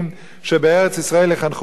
שבארץ-ישראל יחנכו ילדים,